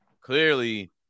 clearly